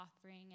offering